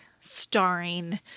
starring